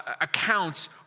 accounts